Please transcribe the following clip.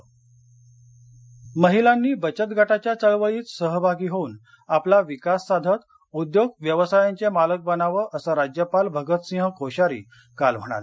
राज्यपाल महिलांनी बचतगटाच्या चळवळीत सहभागी होऊन आपला विकास साधत उद्योग व्यवसायांचे मालक बनावं असं राज्यपाल भगत सिंह कोश्यारी काल म्हणाले